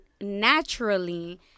naturally